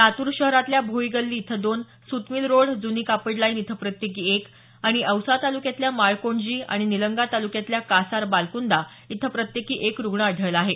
लातूर शहरातल्या भोई गल्ली इथं दोन सुतमिल रोड जुनी कापड लाईन इथं प्रतयेकी एक आणि औसा तालुक्यातल्या माळकोंडजी आणि निलंगा तालुक्यातल्या कासार बालकुंदा इथं प्रत्येकी एक रुग्ण आढळला आहे